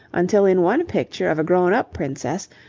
until in one picture of a grown-up princess,